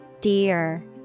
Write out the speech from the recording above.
Dear